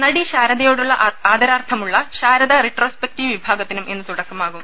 നടി ശാരദയോടുള്ള ആദരാർത്ഥമുള്ള ശാരദ റെട്രോസ്പെക്ടീവ് വിഭാഗത്തിനും ഇന്ന് തുടക്കമാകും